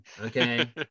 Okay